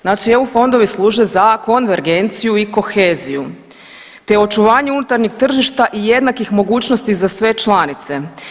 Znači EU fondovi služe za konvergenciju i koheziju, te očuvanje unutarnjeg tržišta i jednakih mogućnosti za sve članice.